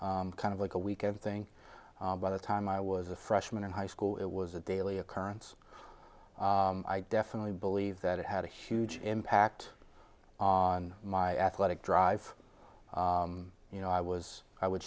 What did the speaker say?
sporadic kind of like a weekend thing by the time i was a freshman in high school it was a daily occurrence i definitely believe that it had a huge impact on my athletic drive you know i was i would